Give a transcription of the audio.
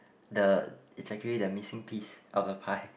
the it's actually the missing piece of the pie